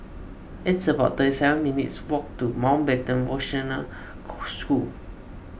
it's about thirty seven minutes' walk to Mountbatten School